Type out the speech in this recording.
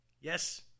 Yes